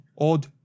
Odd